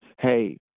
hey